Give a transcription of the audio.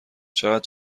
چقد